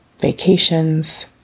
vacations